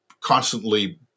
constantly